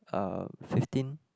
uh fifteen